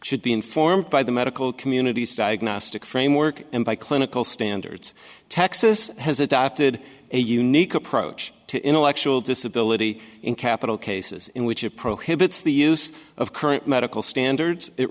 should be informed by the medical communities diagnostic framework and by clinical standards texas has adopted a unique approach to intellectual disability in capital cases in which it prohibits the use of current medical standards it